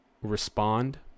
respond